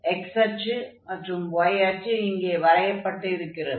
x அச்சு மற்றும் y அச்சு இங்கே வரையப்பட்டிருக்கிறது